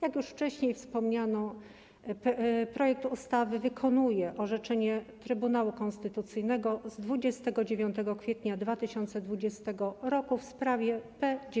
Jak już wcześniej wspomniano, projekt ustawy wykonuje orzeczenie Trybunału Konstytucyjnego z 29 kwietnia 2020 r. w sprawie P 19/16.